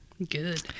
Good